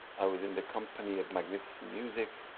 i was in the company of my music,